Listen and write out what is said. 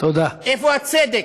איפה הצדק?